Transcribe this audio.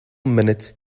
minute